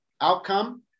outcome